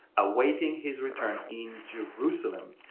awaiting his return in jerusalem.